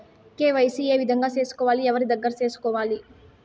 KYC ఏ విధంగా సేసుకోవాలి? ఎవరి దగ్గర సేసుకోవాలి?